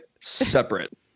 separate